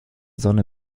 sonne